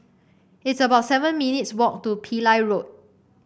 it's about seven minutes' walk to Pillai Road